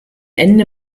ende